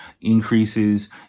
increases